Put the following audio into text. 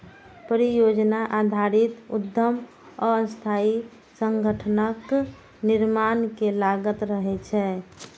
परियोजना आधारित उद्यम अस्थायी संगठनक निर्माण मे लागल रहै छै